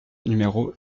numéro